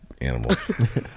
animals